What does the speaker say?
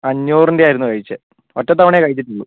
അഞ്ഞൂറിൻ്റെ ആയിരുന്നു കഴിച്ചത് ഒറ്റ തവണയേ കഴിച്ചിട്ടുള്ളൂ